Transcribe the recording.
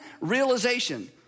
realization